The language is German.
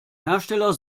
hersteller